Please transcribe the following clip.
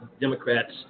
Democrats